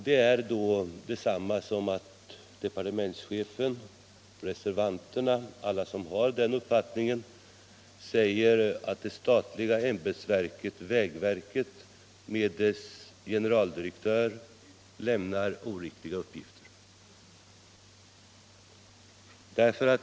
Det är då detsamma som att departementschefen, reservanterna och alla som har den uppfattningen säger att det statliga ämbetsverket vägverket med dess generaldirektör lämnar oriktiga uppgifter.